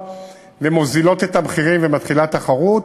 מורידות את המחירים ומתחילה תחרות,